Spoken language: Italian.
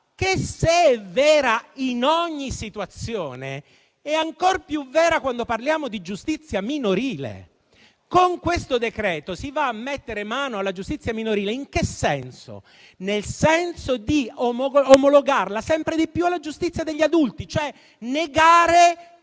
che se è vera in ogni situazione, è ancor più vera quando parliamo di giustizia minorile. Con questo decreto-legge si va a mettere mano alla giustizia minorile nel senso di omologarla sempre di più alla giustizia degli adulti, negando